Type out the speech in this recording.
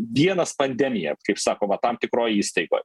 vienas pandemiją kaip sakoma tam tikroj įstaigoj